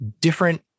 different